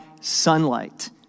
sunlight